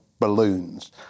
Balloons